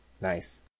Nice